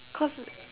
cause